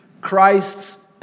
Christ's